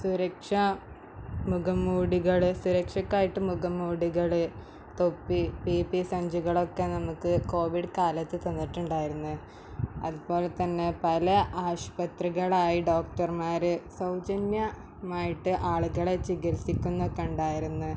സുരക്ഷാ മുഖംമൂടികള് സുരക്ഷയ്ക്കായിട്ട് മുഖംമൂടികളെ തൊപ്പി ബേബി സഞ്ചികളൊക്കെ നമുക്ക് കോവിഡ് കാലത്ത് തന്നിട്ടുണ്ടായിരുന്ന് അത്പോലെ തന്നെ പല ആശുപത്രികളായി ഡോക്ടർമാര് സൗജന്യ മായിട്ട് ആളുകളെ ചികിൽസിക്കുന്ന കണ്ടായിരുന്നു